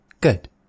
good